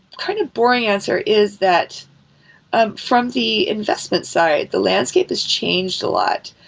kind of boring answer is that ah from the investment side, the landscape has changed a lot.